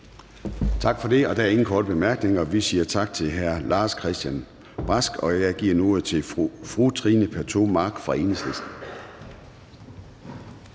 Gade): Der er ingen korte bemærkninger, og vi siger tak til hr. Lars-Christian Brask. Jeg giver ordet til fru Trine Pertou Mach fra Enhedslisten.